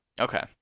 Okay